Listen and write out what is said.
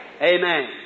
Amen